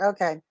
Okay